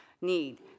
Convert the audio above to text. need